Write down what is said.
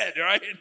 right